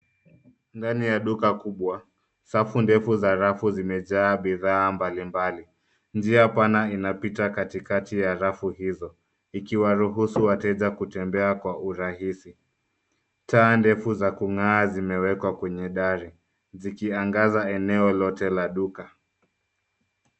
Ndani ya duka kubwa safu ndefu za rafu zimejaa bidhaa mbalimbali. Njia pana inapita katikati ya rafu hizo ikiwaruhusu wateja kutembea kwa urahisi. Taa ndefu za kung'aa zimewekwa kwenye dari zikiangaza eneo lote la duka.